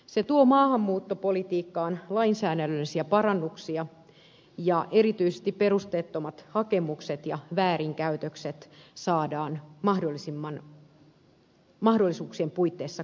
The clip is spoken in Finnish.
se tuo maahanmuuttopolitiikkaan lainsäädännöllisiä parannuksia ja erityisesti perusteettomat hakemukset ja väärinkäytökset saadaan mahdollisuuksien puitteissa karsittua